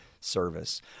service